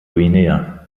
guinea